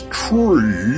tree